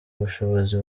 bushobozi